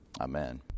Amen